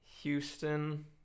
Houston